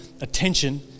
attention